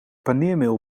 paneermeel